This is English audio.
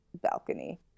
Balcony